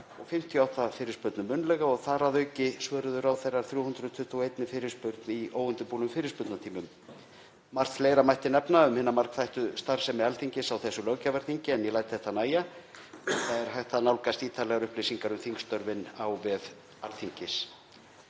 58 fyrirspurnum munnlega og þar að auki svöruðu ráðherrar 321 fyrirspurnum í óundirbúnum fyrirspurnatímum. Margt fleira mætti nefna um hina margþættu starfsemi Alþingis á þessu löggjafarþingi en ég læt þetta nægja enda er hægt að nálgast ítarlegar upplýsingar um þingstörfin og afrakstur